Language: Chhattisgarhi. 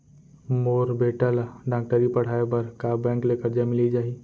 मोर बेटा ल डॉक्टरी पढ़ाये बर का बैंक ले करजा मिलिस जाही?